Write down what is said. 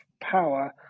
power